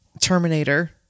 Terminator